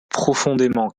profondément